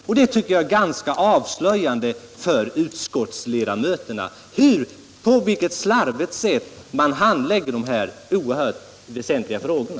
Detta tycker jag är ganska avslöjande för det slarviga sätt på vilket utskottets ledamöter handlägger de här oerhört väsentliga frågorna.